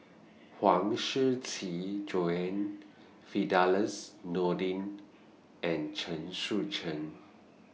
Huang Shiqi Joan Firdaus Nordin and Chen Sucheng